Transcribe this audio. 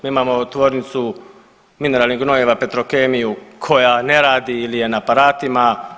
Mi imamo tvornicu mineralnih gnojiva Petrokemiju koja ne radi ili je na aparatima.